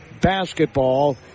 Basketball